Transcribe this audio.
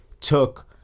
took